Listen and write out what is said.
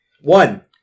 One